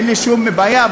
אין לי שום בעיה.